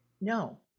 No